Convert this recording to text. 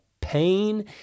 pain